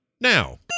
now